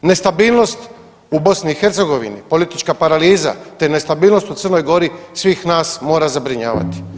Nestabilnost u BiH, politička paraliza te nestabilnost u Crnoj Gori, svih nas mora zabrinjavati.